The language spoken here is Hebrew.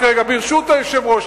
רק רגע, ברשות היושב-ראש.